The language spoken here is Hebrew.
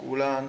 כולן,